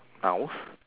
mouse